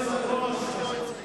ולפני חצי שנה הם לא הסתכלו.